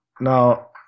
Now